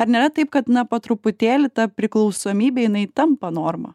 ar nėra taip kad na po truputėlį ta priklausomybė jinai tampa norma